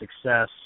success